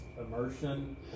Immersion